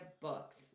books